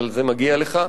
אבל זה מגיע לך,